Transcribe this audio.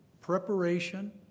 preparation